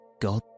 God